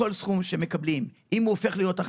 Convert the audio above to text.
כל סכום שמקבלים,